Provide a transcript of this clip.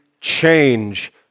change